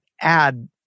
add